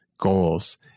goals